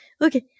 okay